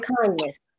kindness